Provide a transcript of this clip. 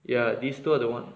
ya this two